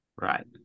Right